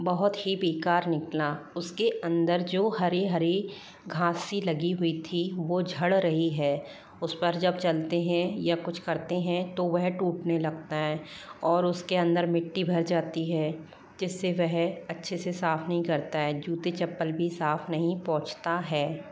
बहुत ही बेकार निकला उसके अंदर जो हरे हरे घास सी लगी हुई थी वो झड़ रही है उस पर जब चलते हैं या कुछ करते हैं तो वह टूटने लगता है और उसके अंदर मिट्टी भर जाती है जिससे वह अच्छे से साफ़ नहीं करता है जूते चप्पल भी साफ़ नहीं पोछता है